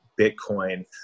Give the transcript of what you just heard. Bitcoin